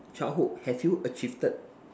childhood have you achieved